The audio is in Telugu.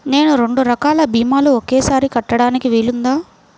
నేను రెండు రకాల భీమాలు ఒకేసారి కట్టడానికి వీలుందా?